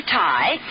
tie